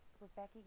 Rebecca